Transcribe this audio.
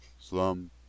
Slum